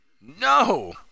No